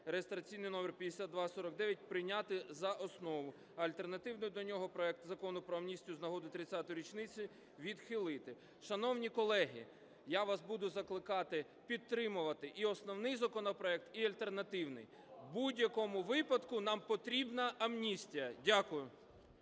(реєстраційний номер 5249) прийняти за основу, а альтернативний до нього проект Закону про амністію з нагоди 30-ї річниці відхилити. Шановні колеги, я вас буду закликати підтримувати і основний законопроект, і альтернативний, в будь-якому випадку нам потрібна амністія. Дякую.